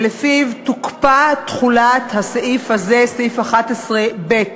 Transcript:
שלפיה תוקפא תחולת הסעיף הזה, סעיף 11(ב)